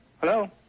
Hello